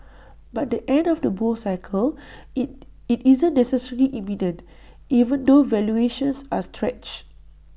but the end of the bull cycle IT it isn't necessarily imminent even though valuations are stretched